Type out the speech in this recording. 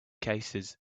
cases